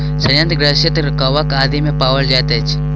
सयंत्र ग्रंथिरस कवक आदि मे पाओल जाइत अछि